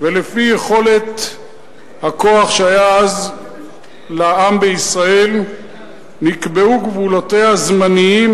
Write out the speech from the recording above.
ולפי יכולת הכוח שהיה אז לעם בישראל נקבעו גבולותיה הזמניים